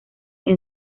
como